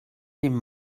dem